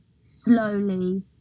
slowly